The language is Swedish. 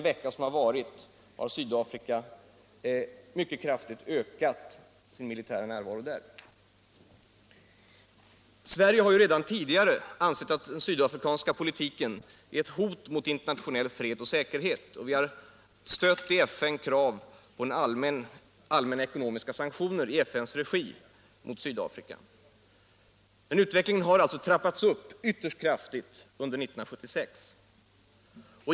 Sverige har ju redan tidigare ansett att den sydafrikanska politiken är ett hot mot internationell fred och säkerhet, och vi har i FN stött krav på allmänna ekonomiska sanktioner i FN:s regi mot Sydafrika. Men utvecklingen har alltså trappats upp ytterst kraftigt under 1976.